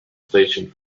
station